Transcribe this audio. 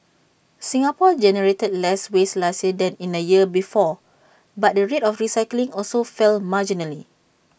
Singapore generated less waste last year than in the year before but the rate of recycling also fell marginally